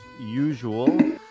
usual